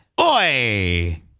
oi